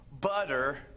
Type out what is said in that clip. butter